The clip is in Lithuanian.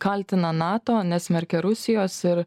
kaltina nato nesmerkia rusijos ir